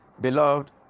Beloved